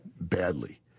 badly